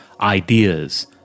ideas